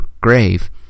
grave